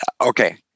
okay